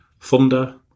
Thunder